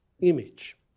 image